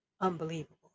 Unbelievable